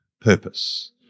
purpose